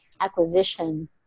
acquisition